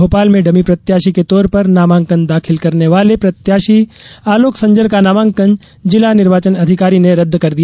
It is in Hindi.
भोपाल में डमी प्रत्याशी के तौर पर नामांकन दाखिल करने वाले प्रत्याशी आलोक संजर का नामांकन जिला निर्वाचन अधिकारी ने रदद कर दिया